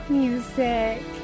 music